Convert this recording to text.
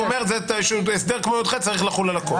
הוא אומר שהסדר כמו (י"ח) צריך לחול על הכול,